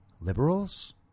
liberals